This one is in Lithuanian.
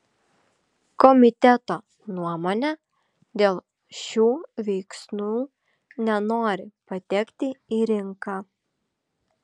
komiteto nuomone dėl šių veiksnių nenori patekti į rinką